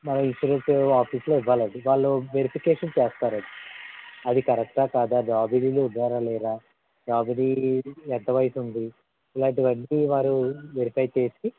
మన ఇన్సూరెన్స్ ఆఫీస్లో ఇవ్వాలండి వాళ్ళు వెరిఫికేషన్ చేస్తారండీ అది కరెక్టా కాదా నామినీలు ఉన్నారా లేరా నామినీలది ఎంత వయసుంది ఇలాంటివన్నీ వారు వెరిఫై చేసి